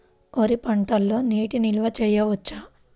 వరి పంటలో నీటి నిల్వ చేయవచ్చా?